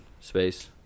space